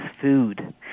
food